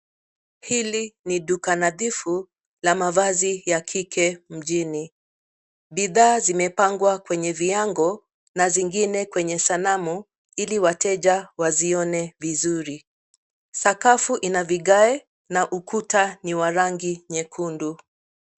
Hili ni duka nadhifu la mavazi ya kike mjini, bidhaa zimepangwa kwenye viango na zingine kwenye sanamu iliwateja wazione vizuri. Sakafu ina vigae na ukuta ni wa rangi nyekundu.